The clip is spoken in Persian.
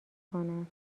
کنن